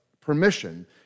permission